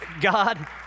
God